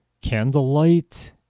candlelight